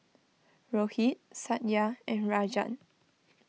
Rohit Satya and Rajan